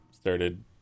started